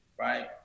right